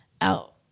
out